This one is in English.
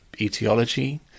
etiology